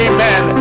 Amen